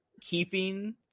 keeping